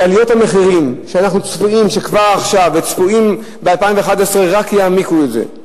שעליות המחירים שצפויות כבר עכשיו וצפויות ב-2011 רק יעמיקו את זה.